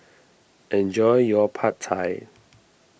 enjoy your Pad Thai